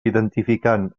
identificant